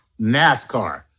NASCAR